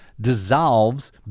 dissolves